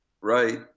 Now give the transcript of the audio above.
right